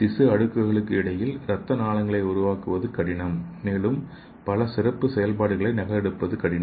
திசு அடுக்குகளுக்கு இடையில் இரத்த நாளங்களை உருவாக்குவது கடினம் மேலும் பல சிறப்பு செயல்பாடுகளை நகலெடுப்பது கடினம்